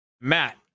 matt